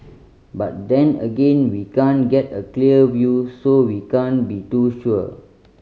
but then again we can't get a clear view so we can't be too sure